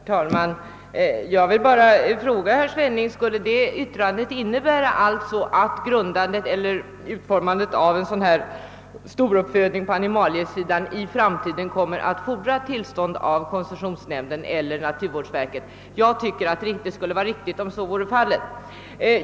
Herr talman! Jag vill bara fråga herr Svenning om hans yttrande innebär att det för storuppfödning på animaliesidan i framtiden kommer att fordras tillstånd av koncessionsnämnden eller naturvårdsverket. Jag tycker att detta skulle vara riktigt.